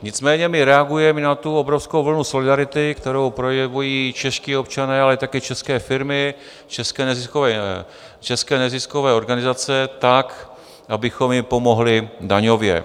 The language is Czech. Nicméně my reagujeme i na obrovskou vlnu solidarity, kterou projevují i čeští občané, ale také české firmy, české neziskové organizace tak, abychom ji pomohli daňově.